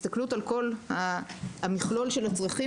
על כל המכלול של הצרכים,